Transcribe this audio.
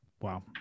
Wow